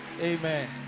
Amen